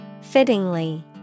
Fittingly